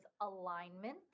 alignment